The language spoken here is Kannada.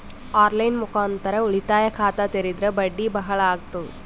ಆನ್ ಲೈನ್ ಮುಖಾಂತರ ಉಳಿತಾಯ ಖಾತ ತೇರಿದ್ರ ಬಡ್ಡಿ ಬಹಳ ಅಗತದ?